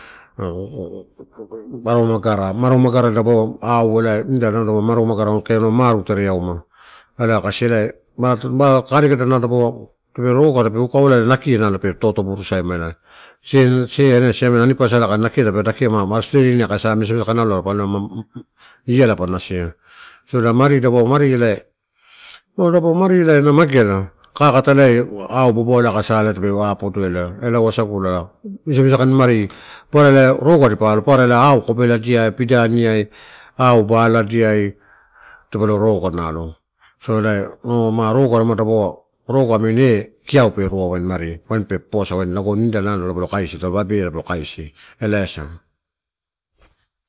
maromagara-maromagara dapaua au elai kee maromagara anamaru tereauma. Ala kasile, ma kakadela nalo dapaua, tape roga tape ukauela naki ela pe totoburu saimalaela e. Sia-sia-siamela ani posa aka nakia tape dakia ma string akasa misamisa alaolo mampa aloina, iala pa nasia. Mari dapau mari ela, dapaua mari ela na mageala kakata ela au bobolai aka sale pelo apodoela ela wasagula, misamisakain mari. Papara ela roga dipa alo papara elai au kopeladia, pidiania, aubaladia dipole roga nalo, so elai ma roga, dapau ma roga amini eh kiau pe irua waini. Mari wain pe poposa wain nida elai dapalo kasi elaiasa.